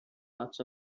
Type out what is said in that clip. lots